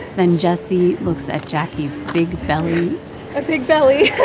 then jessie looks at jacquie's big belly a big belly